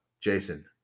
Jason